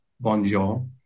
Bonjour